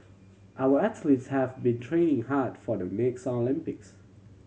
our athletes have been training hard for the next Olympics